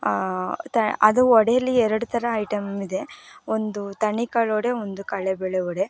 ತ್ಯಾ ಅದು ವಡೇಲಿ ಎರಡು ಥರ ಐಟಮ್ ಇದೆ ಒಂದು ತಣಿಕಾಳು ವಡೆ ಒಂದು ಕಡ್ಲೆಬೇಳೆ ವಡೆ